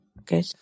Okay